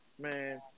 Man